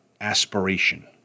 aspiration